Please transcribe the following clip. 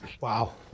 Wow